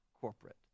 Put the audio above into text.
corporate